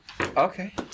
Okay